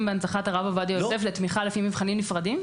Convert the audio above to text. בהנצחת הרב עובדיה יוסף לתמיכה לפי מבחנים נפרדים?